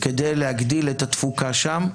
כדי להגדיל את התפוקה שם.